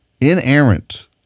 inerrant